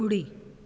ॿुड़ी